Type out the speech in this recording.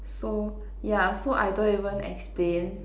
so yeah so I don't even explain